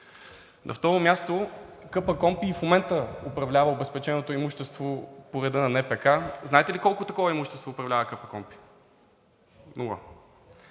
На второ място, КПКОНПИ и в момента управлява обезпеченото имущество по реда на НПК. Знаете ли колко такова имущество управлява КПКОНПИ? Нула.